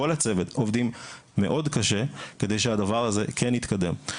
כל הצוות עובדים מאוד קשה כדי שהדבר הזה כן יתקדם.